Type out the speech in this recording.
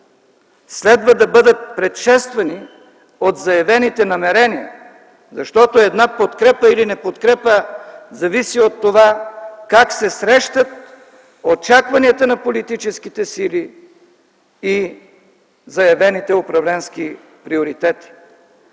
следва да бъдат предшествани от заявените намерения, защото една подкрепа или неподкрепа зависи от това как се срещат очакванията на политическите сили и заявените управленски приоритети.